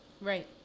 Right